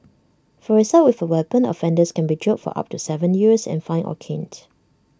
for assault with A weapon offenders can be jailed for up to Seven years and fined or caned